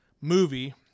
movie